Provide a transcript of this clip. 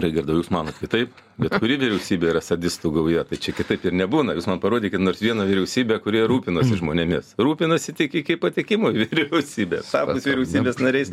raigardai o jūs manot kitaip bet kuri vyriausybė yra sadistų gauja tai čia kitaip ir nebūna jūs man parodykit nors vieną vyriausybę kurie rūpinasi žmonėmis rūpinasi tik iki patekimo į vyriausybę tapus vyriausybės nariais